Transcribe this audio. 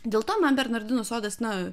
dėl to man bernardinų sodas na